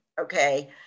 okay